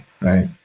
right